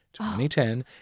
2010